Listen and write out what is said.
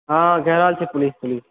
हँ घेरल छै पुलिस तुलिस